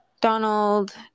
donald